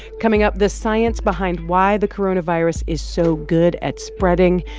coming up the science behind why the coronavirus is so good at spreading.